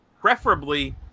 Preferably